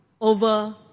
over